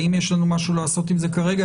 האם יש לנו משהו לעשות עם זה כרגע.